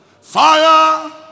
Fire